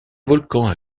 volcans